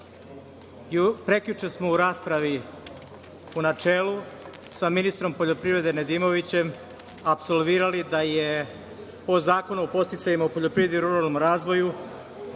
Prekjuče smo u raspravi u načelu, sa ministrom poljoprivrede Nedimovićem, apsolvirali da je po Zakonu o podsticajima u poljoprivredi i ruralnom razvoju